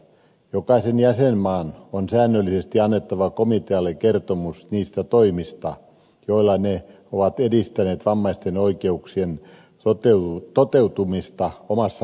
jokaisen jäsenmaan on säännöllisesti annettava komitealle kertomus niistä toimista joilla ne ovat edistäneet vammaisten oikeuksien toteutumista omassa maassaan